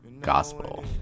gospel